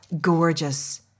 gorgeous